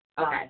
Okay